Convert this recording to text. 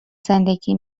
زندگی